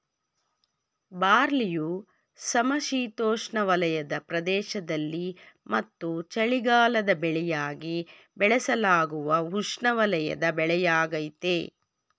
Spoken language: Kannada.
ಬಾರ್ಲಿಯು ಸಮಶೀತೋಷ್ಣವಲಯದ ಪ್ರದೇಶದಲ್ಲಿ ಮತ್ತು ಚಳಿಗಾಲದ ಬೆಳೆಯಾಗಿ ಬೆಳೆಸಲಾಗುವ ಉಷ್ಣವಲಯದ ಬೆಳೆಯಾಗಯ್ತೆ